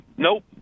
Nope